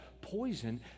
poison